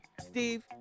Steve